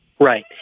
Right